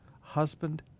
husband